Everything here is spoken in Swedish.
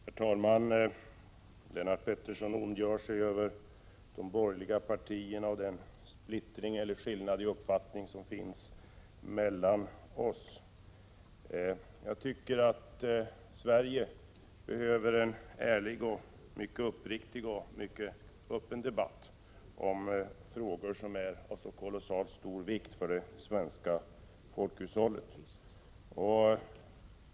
Herr talman! Lennart Pettersson ondgör sig över de borgerliga partierna och den splittring, eller skillnad i uppfattning, som finns mellan partierna. Jag tycker att Sverige behöver en ärlig och mycket uppriktig och öppen debatt om frågor som är av så kolossalt stor vikt för det svenska folkhushållet.